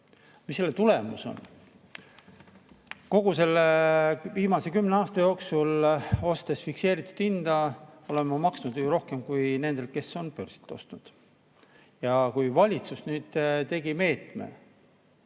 Mis selle tulemus on? Kogu viimase kümne aasta jooksul, ostes fikseeritud hinnaga, olen ma maksnud rohkem kui need, kes on börsilt ostnud. Ja kui valitsus tegi meetme,